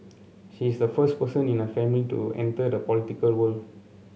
she is the first person in her family to enter the political world